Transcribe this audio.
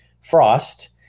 frost